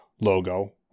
logo